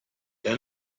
der